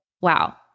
Wow